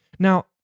Now